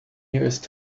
nearest